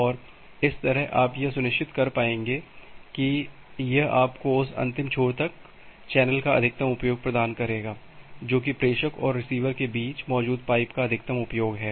और इस तरह आप यह सुनिश्चित कर पाएंगे कि यह आपको उस अंतिम छोर तक चैनल का अधिकतम उपयोग प्रदान करेगा जो कि प्रेषक और रिसीवर के बीच मौजूद पाइप का अधिकतम उपयोग है